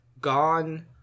gone